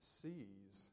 sees